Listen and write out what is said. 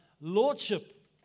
lordship